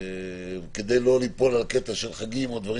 כדי לא ליפול על חגים וכדו'